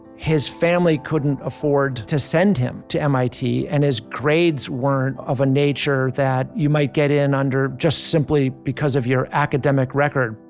his family couldn't afford to send him to mit and his grades weren't of a nature that you might get in under just simply because of your academic record.